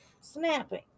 snapping